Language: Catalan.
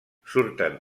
surten